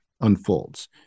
unfolds